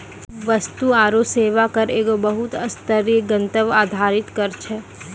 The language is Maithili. वस्तु आरु सेवा कर एगो बहु स्तरीय, गंतव्य आधारित कर छै